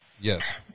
Yes